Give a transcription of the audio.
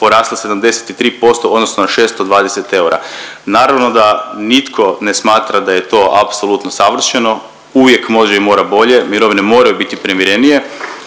porasle 73% u odnosu na 620 eura. Naravno da nitko ne smatra da je to apsolutno savršeno, uvijek može i mora bolje, mirovine moraju biti primjerenije